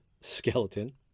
skeleton